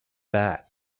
that